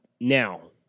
now